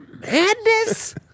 Madness